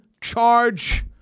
charge